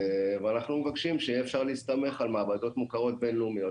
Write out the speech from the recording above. אנחנו מבקשים שיהיה אפשר להסתמך על מעבדות מוכרות בין-לאומיות